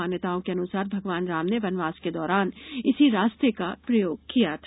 मान्यताओं के अनुसार भगवान राम ने वनवास के दौरान इसी रास्ते का प्रयोग किया था